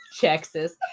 texas